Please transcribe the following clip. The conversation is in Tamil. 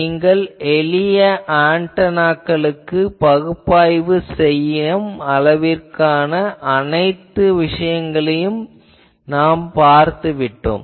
நீங்கள் எளிய ஆன்டெனாக்களுக்கு பகுப்பாய்வு செய்யும் அளவிற்கான அனைத்து விஷயங்களையும் நாம் பார்த்துவிட்டோம்